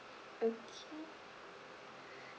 okay